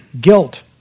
guilt